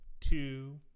two